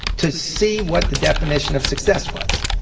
to see what the definition of success was.